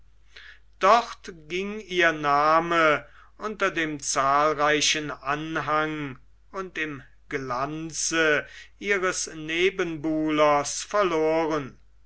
dort ging ihr name unter dem zahlreichen anhang und im glanze ihres nebenbuhlers verloren